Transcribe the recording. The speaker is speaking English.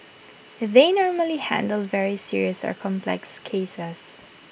they normally handle very serious or complex cases